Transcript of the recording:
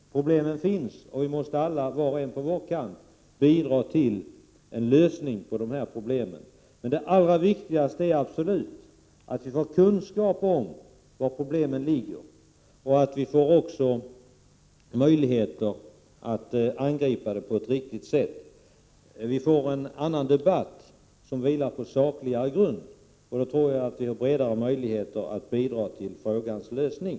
Problemen finns, och vi måste alla, var och en på sin kant, bidra till en lösning. Men det allra viktigaste är absolut att få kunskap om var problemen ligger och att också få möjligheter att angripa dem på ett riktigt sätt. Då får vi en annan debatt, som vilar på sakligare grund, och då tror jag att vi får bredare möjligheter att bidra till frågans lösning.